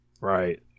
Right